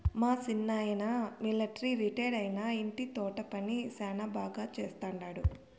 మా సిన్నాయన మిలట్రీ రిటైరైనా ఇంటి తోట పని శానా బాగా చేస్తండాడు